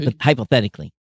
hypothetically